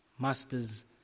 master's